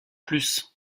plus